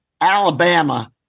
Alabama